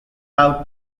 out